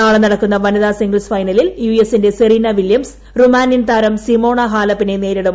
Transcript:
നാളെ നടക്കുന്ന വനിതാ സിംഗിൾസ് ഫൈനലിൽ യു എസിന്റെ സെറീന വില്യംസ് റുമാനിയൻ താരം സിമോണ ഹാലപ്പിനെ നേരിടും